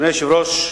אדוני היושב-ראש,